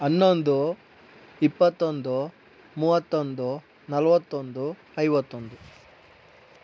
ಹನ್ನೊಂದು ಇಪ್ಪತ್ತೊಂದು ಮೂವತ್ತೊಂದು ನಲವತ್ತೊಂದು ಐವತ್ತೊಂದು